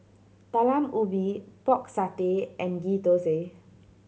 Talam Ubi Pork Satay and Ghee Thosai